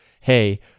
Hey